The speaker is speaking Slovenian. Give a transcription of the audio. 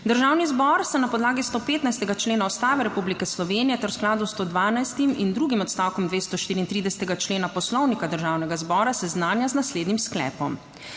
Državni zbor se na podlagi 115. člena Ustave Republike Slovenije ter v skladu s 112. in drugim odstavkom 234. člena Poslovnika Državnega zbora seznanja z naslednjim sklepom: